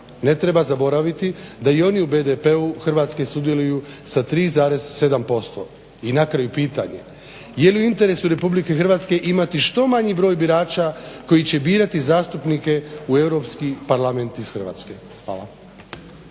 Ne treba zaboraviti da i oni u BDP-u Hrvatske sudjeluju sa 3,7%. I na kraju pitanje, je li u interesu Republike Hrvatske imati što manji broj birača koji će birati zastupnike u Europski parlament iz Hrvatske. Hvala.